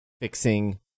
fixing